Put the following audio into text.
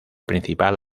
principal